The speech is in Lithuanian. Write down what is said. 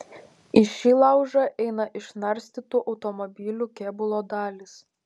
į šį laužą eina išnarstytų automobilių kėbulo dalys